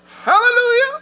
Hallelujah